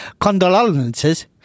condolences